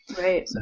Right